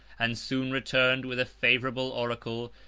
and soon returned with a favorable oracle,